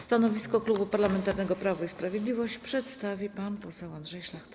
Stanowisko Klubu Parlamentarnego Prawo i Sprawiedliwość przedstawi pan poseł Andrzej Szlachta.